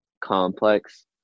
complex